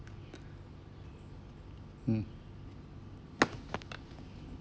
mm